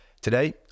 Today